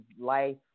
life